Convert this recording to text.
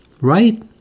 right